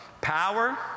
Power